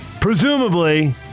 Presumably